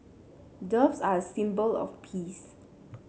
doves are a symbol of peace